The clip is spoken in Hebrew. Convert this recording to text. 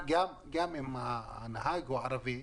גם אם הנהג הוא ערבי,